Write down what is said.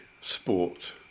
sport